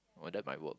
oh that might work